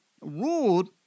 ruled